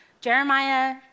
Jeremiah